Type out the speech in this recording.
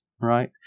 right